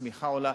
הצמיחה עולה.